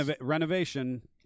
renovation